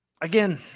again